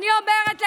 אני אומרת לך,